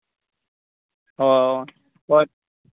ᱚ ᱦᱳᱭ